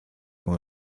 con